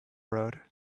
road